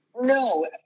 No